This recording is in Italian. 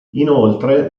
inoltre